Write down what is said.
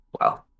Wow